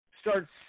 starts